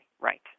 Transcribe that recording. right